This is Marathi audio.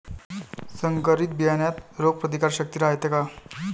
संकरित बियान्यात रोग प्रतिकारशक्ती रायते का?